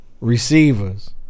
receivers